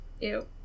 Ew